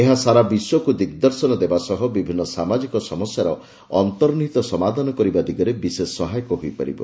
ଏହା ସାରା ବିଶ୍ୱକୁ ଦିଗ୍ଦର୍ଶନ ଦେବା ସହ ବିଭିନ୍ନ ସାମାଜିକ ସମସ୍ୟାର ଅର୍ନ୍ତନିହିତ ସମାଧାନ କରିବା ଦିଗରେ ବିଶେଷ ସହାୟକ ହୋଇପାରିବ